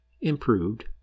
improved